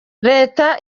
leta